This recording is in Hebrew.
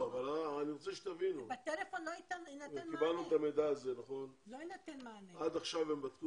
המענה הטלפוני הוא לא ניתן כי צריך להעביר